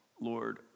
Lord